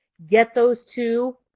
get those two,